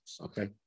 Okay